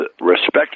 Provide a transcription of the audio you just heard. respect